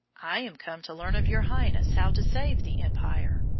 i am come to learn of your highness how to save the empire,